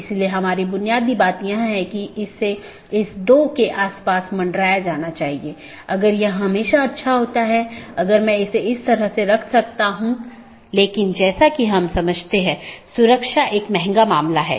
AS के भीतर इसे स्थानीय IGP मार्गों का विज्ञापन करना होता है क्योंकि AS के भीतर यह प्रमुख काम है